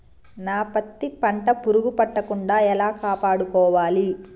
నా పత్తి పంట పురుగు పట్టకుండా ఎలా కాపాడుకోవాలి?